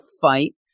fight